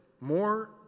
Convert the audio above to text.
more